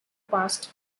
passed